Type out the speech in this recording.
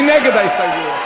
מי נגד ההסתייגויות?